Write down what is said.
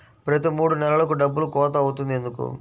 ప్రతి మూడు నెలలకు డబ్బులు కోత అవుతుంది ఎందుకు?